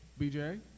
BJ